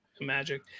Magic